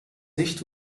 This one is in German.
nicht